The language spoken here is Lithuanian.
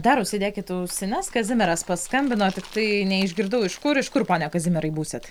dar užsidėkit ausines kazimieras paskambino tiktai neišgirdau iš kur iš kur pone kazimierai būsit